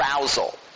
arousal